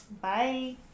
bye